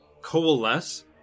coalesce